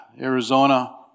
Arizona